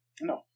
No